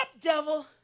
devil